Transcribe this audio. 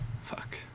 Fuck